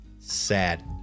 Sad